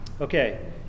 okay